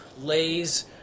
lays